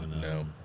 No